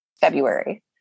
February